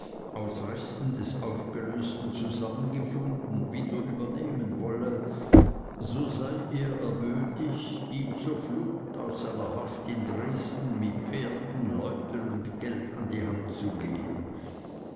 aus resten des aufgelösten zusammengefunden wieder übernehmen wolle so sei er erbötig ihm zur flucht aus seiner haft in dresden mit pferden leuten und geld an die hand zu gehen